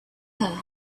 her